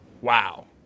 wow